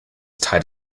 tight